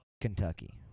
Kentucky